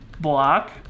block